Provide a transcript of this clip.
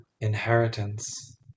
inheritance